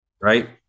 Right